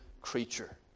creature